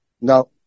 No